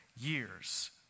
years